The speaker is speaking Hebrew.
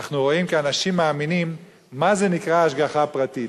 אנחנו רואים כאנשים מאמינים מה זה נקרא השגחה פרטית.